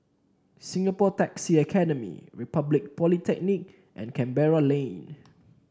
Singapore Taxi Academy Republic Polytechnic and Canberra Lane